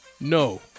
No